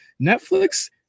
Netflix